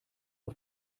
auf